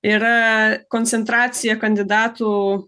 yra koncentracija kandidatų